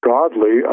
godly